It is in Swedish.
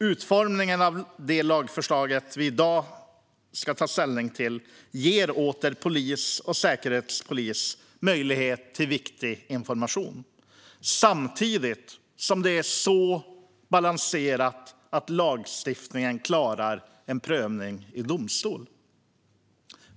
Utformningen av det lagförslag vi i dag ska ta ställning till ger åter polis och säkerhetspolis möjlighet till viktig information. Samtidigt är det så balanserat att lagstiftningen klarar en prövning i domstol.